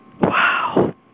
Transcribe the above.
Wow